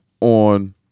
on